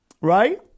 Right